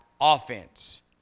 offense